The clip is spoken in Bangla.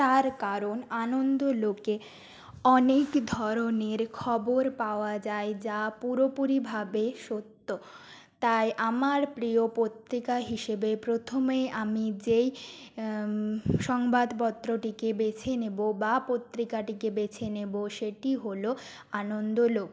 তার কারণ আনন্দলোকে অনেক ধরণের খবর পাওয়া যায় যা পুরোপুরিভাবে সত্য তাই আমার প্রিয় পত্রিকা হিসেবে প্রথমে আমি যেই সংবাদপত্রটিকে বেছে নেবো বা পত্রিকাটিকে বেছে নেবো সেটি হলো আনন্দলোক